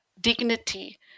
dignity